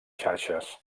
xarxes